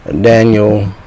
Daniel